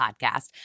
Podcast